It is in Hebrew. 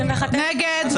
מי נמנע?